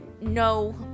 No